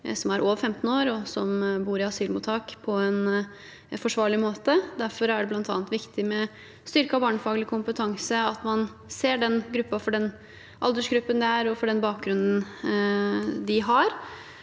som er over 15 år, og som bor i asylmottak, på en forsvarlig måte. Derfor er det bl.a. viktig med styrket barnefaglig kompetanse, at man ser den gruppen for den aldersgruppen den er og for den bakgrunnen de har,